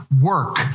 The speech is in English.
work